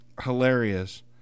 hilarious